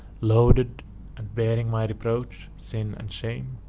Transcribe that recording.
loaded and bearing my reproach, sin, and shame.